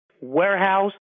warehouse